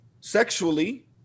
sexually